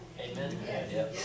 Amen